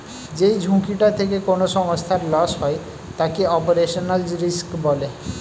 যেই ঝুঁকিটা থেকে কোনো সংস্থার লস হয় তাকে অপারেশনাল রিস্ক বলে